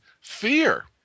fear